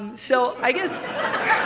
so i guess